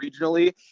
regionally